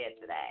today